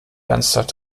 ernsthaft